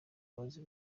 bose